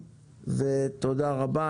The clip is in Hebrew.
תודה רבה.